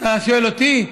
אתה שואל אותי,